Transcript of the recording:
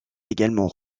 également